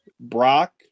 Brock